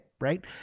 Right